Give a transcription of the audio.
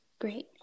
Great